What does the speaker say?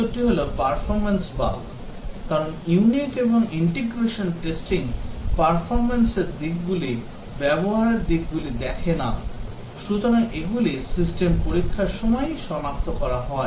উত্তরটি হল performance bug কারণ ইউনিট এবং ইন্টিগ্রেশন টেস্টিং পারফরম্যান্সের দিকগুলি ব্যবহারের দিকগুলি দেখে না সুতরাং এগুলি সিস্টেম পরীক্ষার সময় সনাক্ত করা হয়